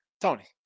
Tony